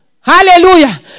Hallelujah